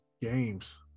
games